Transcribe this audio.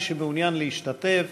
מי שמעוניין להשתתף,